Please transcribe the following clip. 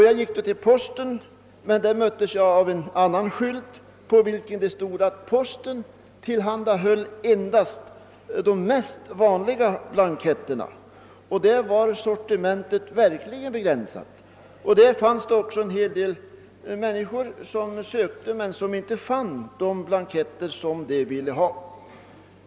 Jag gick till posten, men där möttes jag av en annan skylt, på vilken det stod att posten endast tillhandhöll de mest vanliga blanketterna. Och sortimentet var verkligen begränsat — där fanns en hel del personer som inte kunde få de blanketter de sökte.